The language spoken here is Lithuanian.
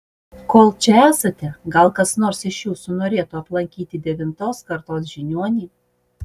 kol čia esate gal kas nors iš jūsų norėtų aplankyti devintos kartos žiniuonį